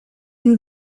une